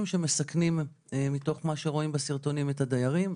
שמסכנים מתוך מה שרואים בסרטונים את הדיירים.